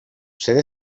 sede